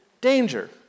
danger